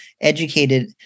educated